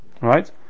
right